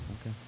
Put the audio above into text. okay